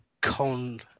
con